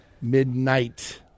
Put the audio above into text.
Midnight